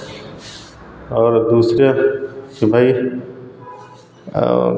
और दूसरे भाई